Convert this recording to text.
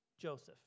Joseph